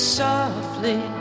softly